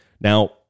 Now